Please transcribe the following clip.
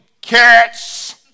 carrots